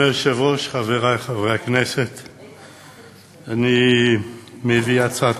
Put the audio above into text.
הרווחה והבריאות בדבר פיצול הצעת